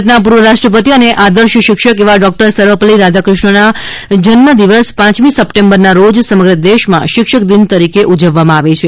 ભારતના પૂર્વ રાષ્ટ્રપતિ અને આદર્શ શિક્ષક એવા ડોક્ટર સર્વપલ્લી રાધાક્રષ્ણના જન્મ દિવસ પાંચમી સપ્ટેમ્બરના રોજ સમગ્ર દેશમાં શિક્ષક દિન તરીકે ઉજવવામાં આવે છે